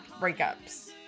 breakups